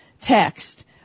text